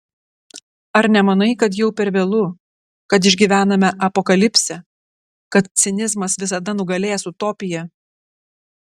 ar nemanai kad jau per vėlu kad išgyvename apokalipsę kad cinizmas visada nugalės utopiją